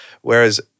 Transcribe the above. Whereas